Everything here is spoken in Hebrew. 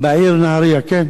בעיר נהרייה, זה הכול?